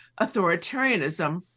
authoritarianism